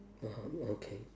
(uh huh) okay